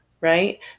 right